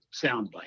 soundbite